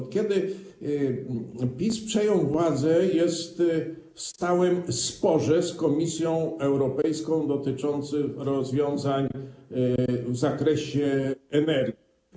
Od kiedy PiS przejął władzę, jest w stałym sporze z Komisją Europejską dotyczącym rozwiązań w zakresie energii.